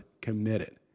committed